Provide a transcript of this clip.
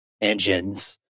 engines